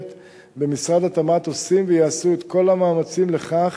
במשרד התמ"ת עושים ויעשו את כל המאמצים לכך